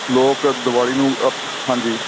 ਲੋਕ ਦਿਵਾਲੀ ਨੂੰ ਅਪ ਹਾਂਜੀ